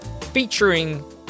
featuring